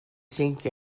cinc